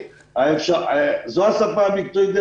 זו השפה המקצועית.